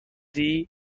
ولی